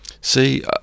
see